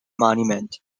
monument